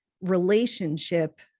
relationship